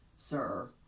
Sir